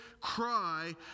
cry